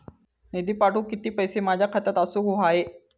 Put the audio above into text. निधी पाठवुक किती पैशे माझ्या खात्यात असुक व्हाये?